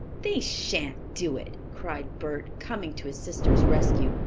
they shan't do it! cried bert, coming to his sister's rescue.